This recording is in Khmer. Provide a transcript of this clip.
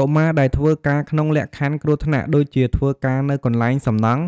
កុមារដែលធ្វើការក្នុងលក្ខខណ្ឌគ្រោះថ្នាក់ ដូចជាធ្វើការនៅកន្លែងសំណង់